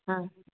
ହଁ